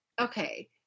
okay